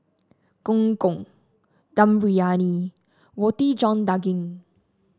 Gong Gong Dum Briyani Roti John Daging